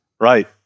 right